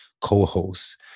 co-hosts